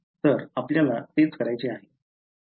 तर आपल्याला तेच करायचे आहे